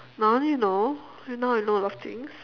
now you know you know I know a lot of things